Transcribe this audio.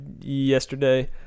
yesterday